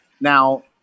Now